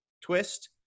twist